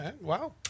wow